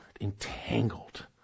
entangled